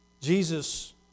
Jesus